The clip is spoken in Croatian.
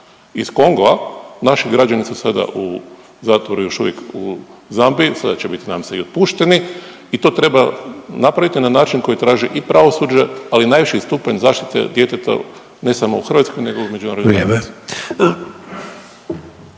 iz Konga naši građani su sada u zatvoru još uvijek u Zambiji, sada će bit nadam se i otpušteni i to treba napraviti na način koji traži i pravosuđe, ali i najviši stupanj zaštite djeteta ne samo u Hrvatskoj nego i u međunarodnoj